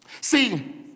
See